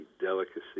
delicacy